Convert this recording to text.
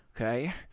Okay